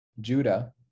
Judah